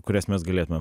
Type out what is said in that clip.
kurias mes galėtumėm